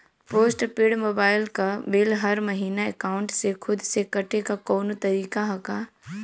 Post paid mobile क bill हर महिना एकाउंट से खुद से कटे क कौनो तरीका ह का?